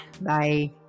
Bye